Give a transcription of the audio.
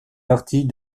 partie